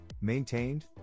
maintained